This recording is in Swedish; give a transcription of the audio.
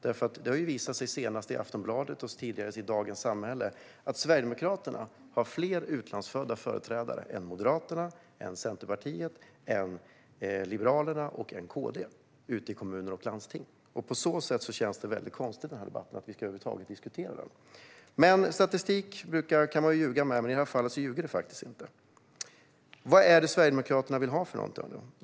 Det har nämligen visat sig, senast i Aftonbladet och tidigare i Dagens Samhälle, att Sverigedemokraterna har fler utlandsfödda företrädare än Moderaterna, Centerpartiet, Liberalerna och KD ute i kommuner och landsting. På så sätt känns det väldigt konstigt att vi över huvud taget ska diskutera detta i debatten. Man kan ljuga med hjälp av statistik, men i det här fallet ljuger den faktiskt inte. Vad är det Sverigedemokraterna vill ha?